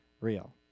real